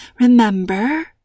remember